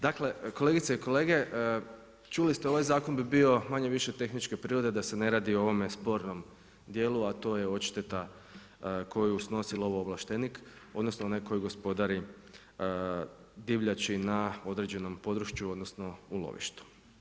Dakle, kolegice i kolege, čuli ste ovaj zakon bi bio manje-više tehničke prirode da se ne radi o ovome spornom dijelu, a to je odšteta koju snosi ovlaštenik, odnosno onaj koji gospodari divljači na određenom području odnosno u lovištu.